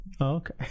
Okay